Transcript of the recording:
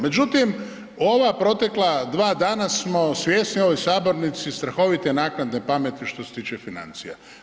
Međutim, u ova protekla 2 dana smo svjesni u ovoj sabornici strahovite naknadne pameti što se tiče financija.